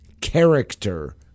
character